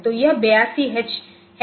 तो यह 82 एच है